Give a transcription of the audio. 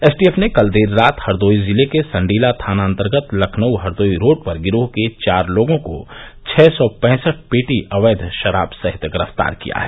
STF ने कल देर रात हरदोई जिले के संडीला थानान्तर्गत लखनऊ हरदोई रोड पर गिरोह के चार लोगों को छह सौ पैसठ पेटी अवैध शराब सहित गिरफ़्तार किया है